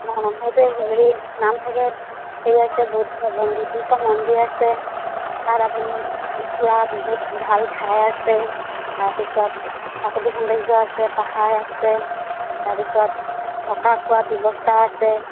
অঁ সেইটোৱে হেৰি নামফাকেত হেৰি আছে বুদ্ধ বুদ্ধিষ্টৰ মন্দিৰ আছে তাত আপুনি ফুৰা বহুত ভাল ঠাই আছে তাৰপিছত প্ৰাকৃতিক সৌন্দৰ্য আছে পাহাৰ আছে তাৰপিছত থকা খোৱাত ব্যৱস্থা আছে